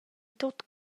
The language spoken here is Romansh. tut